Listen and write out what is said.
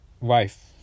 wife